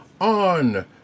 on